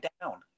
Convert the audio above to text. down